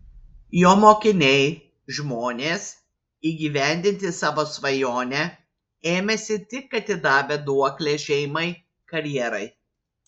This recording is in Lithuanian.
jo mokiniai žmonės įgyvendinti savo svajonę ėmęsi tik atidavę duoklę šeimai karjerai